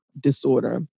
disorder